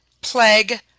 plague